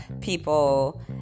people